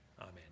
amen